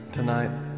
Tonight